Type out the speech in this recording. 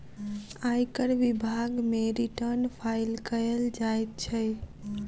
आयकर विभाग मे रिटर्न फाइल कयल जाइत छै